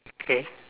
okay